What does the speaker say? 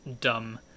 dumb